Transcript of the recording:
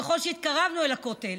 ככל שהתקרבנו אל הכותל,